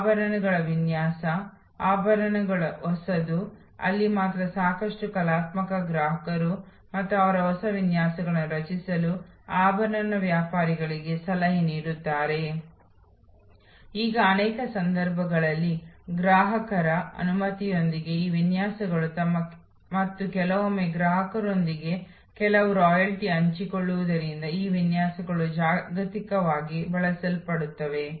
ಸೇವೆಯ ವಿಷಯವು ಪ್ರಕ್ರಿಯೆಯಲ್ಲಿ ಗ್ರಾಹಕರ ಅಂಕಗಳನ್ನು ಪೂರೈಸಲು ಅನುಸರಿಸುವ ಹಂತಗಳಾಗಿರುತ್ತದೆ ಅಲ್ಲಿ ಸೇವಾ ಪೂರೈಕೆದಾರರು ನೇಮಕ ಮಾಡಿಕೊಳ್ಳುವ ನಿರ್ಧಾರಗಳನ್ನು ತೆಗೆದುಕೊಳ್ಳಬೇಕಾಗುತ್ತದೆ